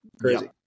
crazy